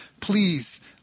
please